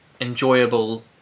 enjoyable